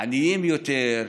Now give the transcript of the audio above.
עניים יותר,